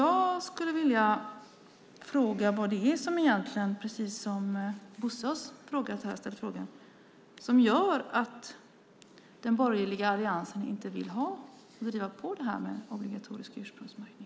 Jag skulle precis som Bosse vilja fråga vad det egentligen är som gör att den borgerliga alliansen inte vill driva på det här med obligatorisk ursprungsmärkning.